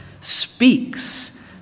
speaks